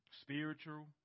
Spiritual